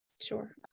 Sure